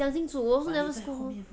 讲清楚我不能 scold